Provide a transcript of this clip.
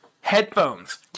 headphones